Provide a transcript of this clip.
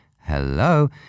hello